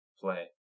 play